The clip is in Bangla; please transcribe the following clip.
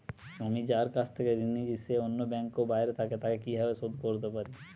আমি যার থেকে ঋণ নিয়েছে সে অন্য ব্যাংকে ও বাইরে থাকে, তাকে কীভাবে শোধ করতে পারি?